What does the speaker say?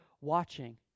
watching